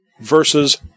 versus